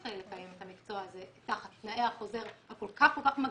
לקיים את המקצוע הזה תחת תנאי החוזר הכל כך מגבילים,